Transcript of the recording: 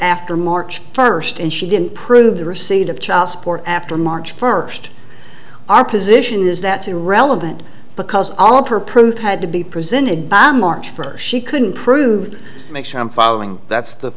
after march first and she didn't prove the receipt of child support after march first our position is that is irrelevant because all of her proof had to be presented by march first she couldn't prove make sure i'm following that's the